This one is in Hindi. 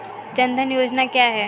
जनधन योजना क्या है?